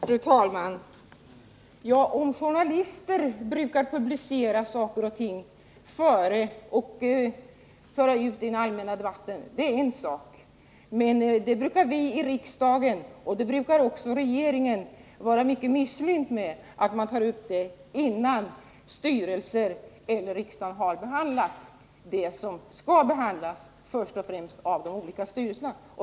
Fru talman! Att journalister brukar publicera saker och ting och föra ut den i den allmänna debatten är en sak. Men vi i riksdagen och även regeringen brukar vara mycket missbelåtna med att man tar upp frågor, innan de olika styrelserna har behandlat det som skall behandlas först och främst.